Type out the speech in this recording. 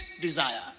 desire